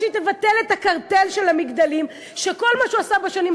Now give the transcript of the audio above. אבל לא יכול להיות שבאים ואומרים על חוק כזה שאין בו שום רפורמה,